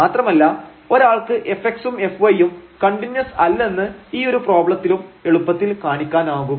മാത്രമല്ല ഒരാൾക്ക് fx ഉം fy ഉം കണ്ടിന്യൂസ് അല്ലെന്ന് ഈയൊരു പ്രശ്നത്തിലും എളുപ്പത്തിൽ കാണിക്കാനാകും